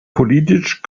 politisch